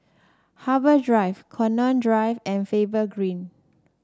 Harbour Drive Connaught Drive and Faber Green